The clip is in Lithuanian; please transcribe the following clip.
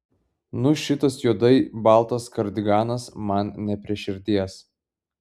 nu šitas juodai baltas kardiganas man ne prie širdies